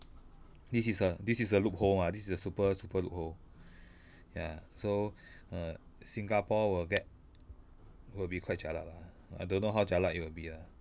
this is a this is a loophole mah this is a super super loophole ya so err singapore will get will be quite jialat lah I don't know how jialat it will be ah